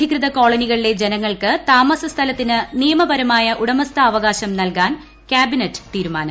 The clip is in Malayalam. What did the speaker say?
ഡൽഹിയിലെ അനധികൃത് കോളനികളിലെ ജനങ്ങൾക്ക് താമസ ന് സ്ഥലത്തിന് നിയമപരമായ ഉടമസ്ഥാവകാശം നൽകാൻ ക്യാബിനറ്റ് തീരുമാനം